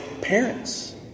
parents